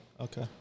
Okay